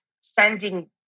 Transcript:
sending